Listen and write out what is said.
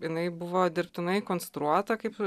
jinai buvo dirbtinai konstruota kaip